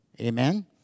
Amen